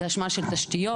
זו אשמה של תשתיות,